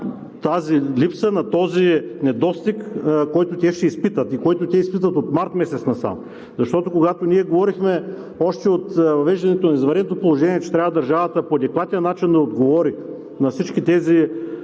тази липса, на този недостиг, който те ще изпитат и който те изпитват от месец март насам. Защото, когато ние говорихме още от въвеждането на извънредното положение, че трябва държавата по адекватен начин да отговори на всички тези